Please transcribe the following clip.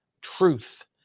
truth